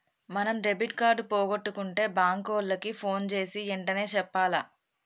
మనం debit card పోగొట్టుకుంటే bank ఓళ్ళకి పోన్ జేసీ ఎంటనే చెప్పాల